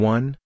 One